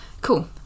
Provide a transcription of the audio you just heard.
Cool